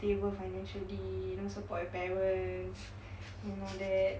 stable financially you know support your parents you know that